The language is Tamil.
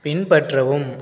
பின்பற்றவும்